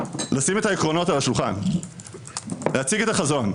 לשים את העקרונות על השולחן, להציג את החזון.